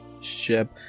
ship